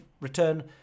return